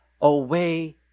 away